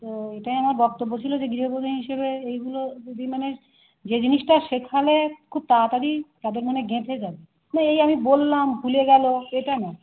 তো এটাই আমার বক্তব্য ছিল যে গৃহবধূ হিসাবে এইগুলো যদি মানে যে জিনিসটা শেখালে খুব তাড়াতাড়ি তাদের মনে গেঁথে যাবে তো এই আমি বললাম ভুলে গেল সেটা না